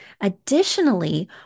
Additionally